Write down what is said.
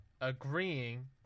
agreeing